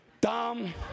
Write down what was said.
dumb